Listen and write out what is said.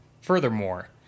Furthermore